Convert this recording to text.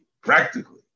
practically